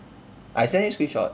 I send you screenshot